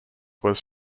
was